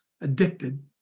addicted